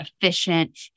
efficient